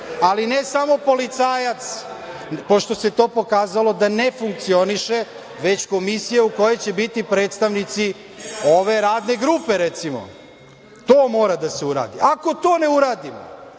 ali ne samo policajac, pošto ste se to pokazalo da ne funkcioniše, već komisija u kojoj će biti predstavnici ove Radne grupe, recimo. To mora da se uradi. Ako to ne uradimo,